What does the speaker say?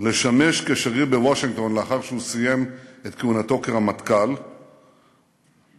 לשמש כשגריר בוושינגטון לאחר שהוא סיים את כהונתו כרמטכ"ל ב-1968.